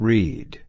Read